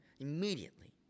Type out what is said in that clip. Immediately